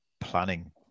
planning